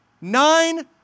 Nine